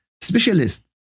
Specialist